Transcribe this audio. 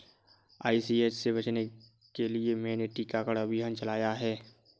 ICH से बचने के लिए मैंने टीकाकरण अभियान चलाया है